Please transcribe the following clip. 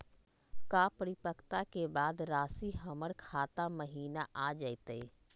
का परिपक्वता के बाद रासी हमर खाता महिना आ जइतई?